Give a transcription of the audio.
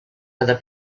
other